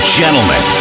gentlemen